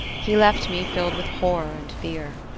he left me filled with horror and fear.